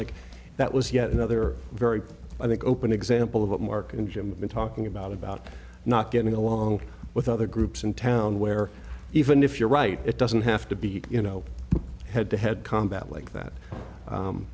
like that was yet another very i think open example of what mark and jim been talking about about not getting along with other groups in town where even if you're right it doesn't have to be you know head to head combat like that